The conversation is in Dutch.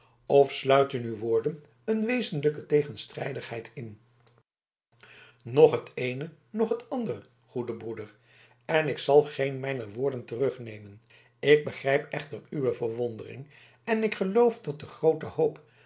of sluiten uw woorden een wezenlijke tegenstrijdigheid in noch het eene noch het andere goede broeder en ik zal geen mijner woorden terugnemen ik begrijp echter uwe verwondering en ik geloof dat de groote hoop